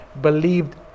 believed